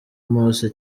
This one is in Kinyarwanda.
mose